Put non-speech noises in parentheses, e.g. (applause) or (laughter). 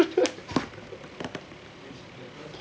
(laughs)